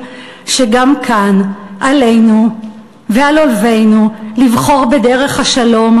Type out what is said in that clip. שגם כאן עלינו ועל אויבינו לבחור בדרך השלום,